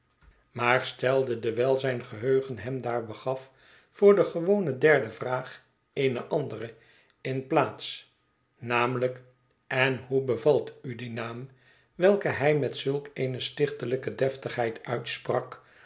maar stelde dewijl zijn geheugen hem daar begaf voor de gewone derde vraag eene andere in de plaats namelijk en hoe bevalt u die naam welke hij met zulk eene stichtelijke deftigheid uitsprak